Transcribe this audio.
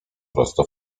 prosto